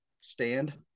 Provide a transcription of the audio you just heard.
stand